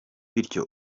bityo